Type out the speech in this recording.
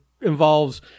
involves